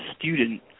student